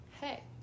hey